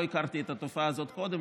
לא הכרתי את התופעה הזאת קודם,